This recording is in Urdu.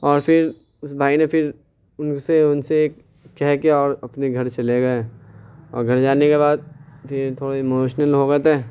اور پھر اس بھائی نے پھر ان سے ان سے کہہ کے اور اپنے گھر چلے گئے اور گھر جانے کے بعد پھر تھوڑے ایموشنل ہو گئے تھے